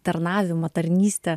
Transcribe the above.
tarnavimą tarnystę